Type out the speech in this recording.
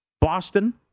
Boston